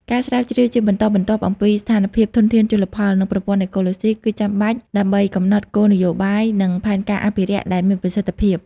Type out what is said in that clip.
ការស្រាវជ្រាវជាបន្តបន្ទាប់អំពីស្ថានភាពធនធានជលផល និងប្រព័ន្ធអេកូឡូស៊ី គឺចាំបាច់ដើម្បីកំណត់គោលនយោបាយ និងផែនការអភិរក្សដែលមានប្រសិទ្ធភាព។